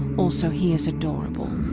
also, he is adorable,